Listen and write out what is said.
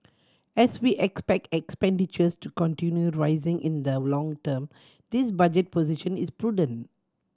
as we expect expenditures to continue rising in the long term this budget position is prudent